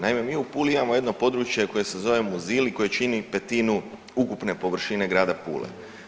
Naime, mi u Puli imamo jedno područje koje se zove Muzil i koje čini petinu ukupne površine grada Pule.